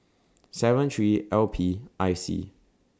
seven three L P I C